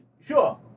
Sure